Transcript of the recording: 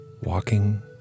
walking